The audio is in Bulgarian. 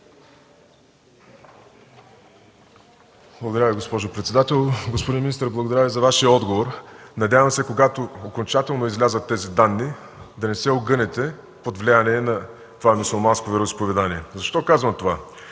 Благодаря Ви, госпожо председател. Господин министър, благодаря Ви за Вашия отговор. Надявам се, когато окончателно излязат тези данни, да не се огънете под влияние на мюсюлманското вероизповедание. Защо казвам това?